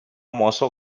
mozo